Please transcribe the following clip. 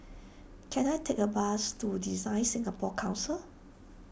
can I take a bus to Design Singapore Council